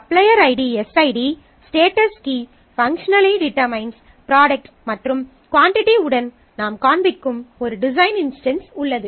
supplier ID SID status key functionally determines product மற்றும் quantity உடன் நாம் காண்பிக்கும் ஒரு டிசைன் இன்ஸ்டன்ஸ் உள்ளது